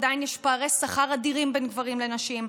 עדיין יש פערי שכר אדירים בין גברים לנשים,